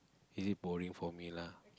really boring for me lah